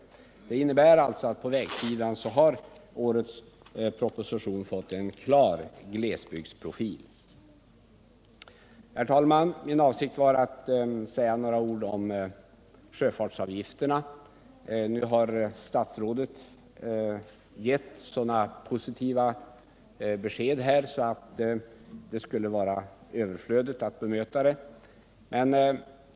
Det innebär att på vägsidan har årets proposition fått en klar glesbygdsprofil. Herr talman! Min avsikt var att säga några ord om sjöfartsavgifterna. Nu har kommunikationsministern givit sådana positiva besked att det skulle vara överflödigt att bemöta de inlägg som gjorts.